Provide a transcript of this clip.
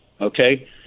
Okay